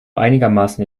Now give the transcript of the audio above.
einigermaßen